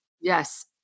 Yes